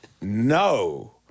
No